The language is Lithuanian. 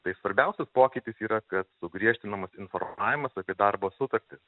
tai svarbiausias pokytis yra kad sugriežtinamas informavimas apie darbo sutartis